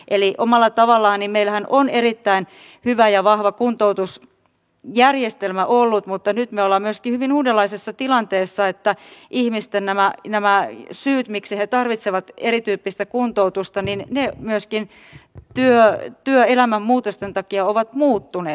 eli omalla tavallaan meillähän on erittäin hyvä ja vahva kuntoutusjärjestelmä ollut mutta nyt me olemme myöskin hyvin uudenlaisessa tilanteessa sillä myöskin ihmisten syyt miksi he tarvitsevat erityyppistä kuntoutusta ovat työelämän muutosten takia muuttuneet